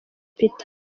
peter